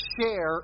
share